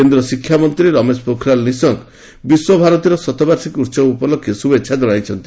କେନ୍ଦ୍ର ଶିକ୍ଷାମନ୍ତୀ ରମେଶ ପୋଖରିଆଲ୍ ନିଶଙ୍କ ବିଶ୍ୱ ଭାରତୀର ଶତବାର୍ଷିକୀ ଉହବ ଉପଲକ୍ଷେ ଶୁଭେଚ୍ଛା ଜଣାଇଛନ୍ତି